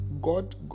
God